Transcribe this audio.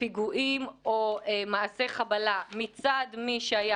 פיגועים או מעשי חבלה מצד מי שהיה